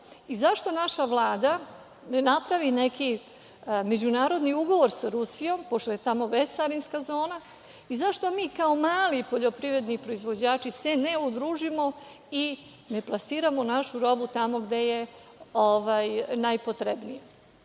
i zašto naša Vlada ne napravi neki međunarodni ugovor sa Rusijom, pošto je tamo bescarinska zona i zašto mi kao mali poljoprivredni proizvođači se ne udružimo i ne plasiramo našu robu tamo gde je najpotrebnije?